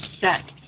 set